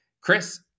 Chris